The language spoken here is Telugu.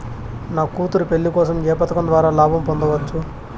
నా కూతురు పెళ్లి కోసం ఏ పథకం ద్వారా లాభం పొందవచ్చు?